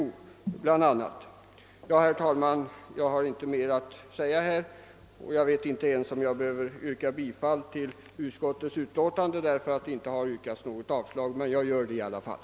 Herr talman! Jag har inte mer att säga. Jag vet inte om jag ens behöver yrka bifall till utskottets hemställan då fru Skantz inte har yrkat avslag, men jag gör det i alla fall.